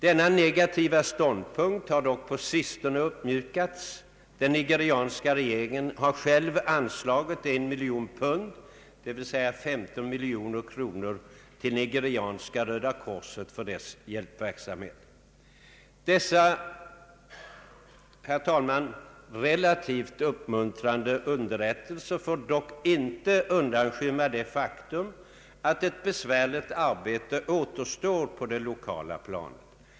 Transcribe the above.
Denna negativa ståndpunkt har dock på sistone uppmjukats. Den nigerianska regeringen har själv anslagit 1 miljon pund, d.v.s. 15 miljoner kronor, till Nigerianska röda korset för dess nödhjälpsverksamhet. Herr talman! Dessa relativt uppmuntrande underrättelser får dock inte undanskymma det faktum att ett besvärligt arbete återstår på det lokala planet.